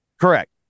Correct